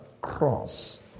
cross